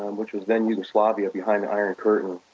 um which was then yugoslavia, behind the iron curtain.